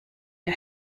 der